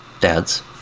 dads